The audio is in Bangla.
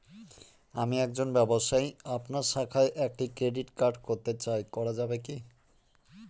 আমি একজন ব্যবসায়ী আপনার শাখায় একটি ক্রেডিট কার্ড করতে চাই করা যাবে কি?